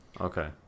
Okay